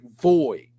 void